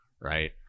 right